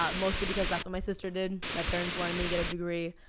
ah mostly because that's what my sister did. my parents wanted me to get a degree.